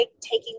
taking